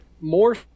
more